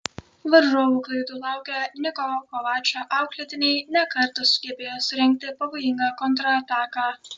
varžovų klaidų laukę niko kovačo auklėtiniai ne kartą sugebėjo surengti pavojingą kontrataką